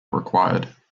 required